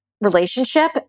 relationship